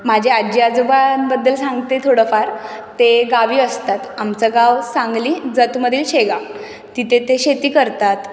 माझ्या आजी आजोबांबद्दल सांगते थोडंफार ते गावी असतात आमचं गाव सांगली जतमधील शेगाव तिथे ते शेती करतात